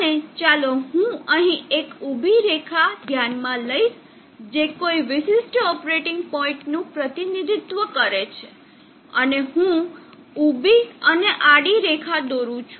અને ચાલો હું અહીં એક ઊભી રેખા ધ્યાનમાં લઈશ જે કોઈ વિશિષ્ટ ઓપરેટિંગ પોઇન્ટ નું પ્રતિનિધિત્વ કરે છે અને હું ઊભી અને આડી રેખા દોરું છું